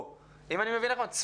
אם אני מבין נכון,